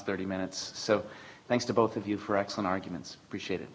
thirty minutes so thanks to both of you for exxon arguments appreciate